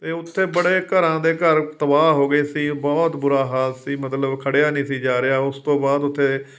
ਅਤੇ ਉੱਥੇ ਬੜੇ ਘਰਾਂ ਦੇ ਘਰ ਤਬਾਹ ਹੋ ਗਏ ਸੀ ਬਹੁਤ ਬੁਰਾ ਹਾਲ ਸੀ ਮਤਲਬ ਖੜਿਆ ਨਹੀਂ ਸੀ ਜਾ ਰਿਹਾ ਉਸ ਤੋਂ ਬਾਅਦ ਉੱਥੇ